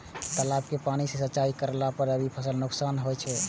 तालाब के पानी सँ सिंचाई करला स रबि फसल के नुकसान अछि?